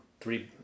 three